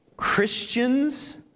Christians